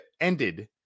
ended